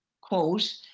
quote